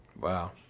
Wow